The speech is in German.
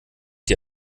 die